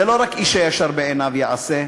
זה לא רק איש הישר בעיניו יעשה,